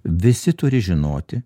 visi turi žinoti